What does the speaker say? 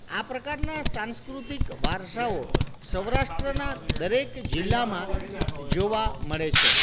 આ પ્રકારના સાંસ્કૃતિક વારસાઓ સૌરાષ્ટ્રના દરેક જિલ્લામાં જોવા મળે છે